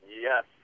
Yes